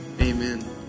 amen